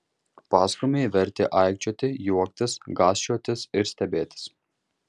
pasakojimai vertė aikčioti juoktis gąsčiotis ir stebėtis